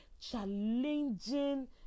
challenging